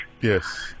yes